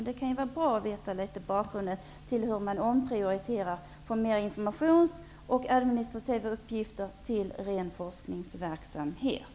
Det kan vara bra att veta bakgrunden till omprioriteringen, från information och administration till ren forskningsverksamhet.